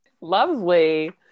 Lovely